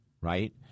right